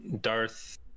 Darth